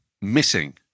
missing